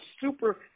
super